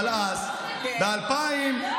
אבל אז, לא,